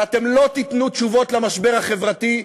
ואתם לא תיתנו תשובות למשבר החברתי,